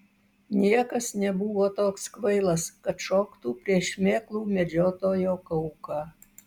niekas nebuvo toks kvailas kad šoktų prieš šmėklų medžiotojo kauką